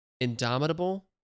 Indomitable